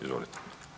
Izvolite.